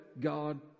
God